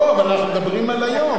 לא, אבל אנחנו מדברים על היום.